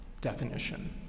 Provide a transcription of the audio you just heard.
definition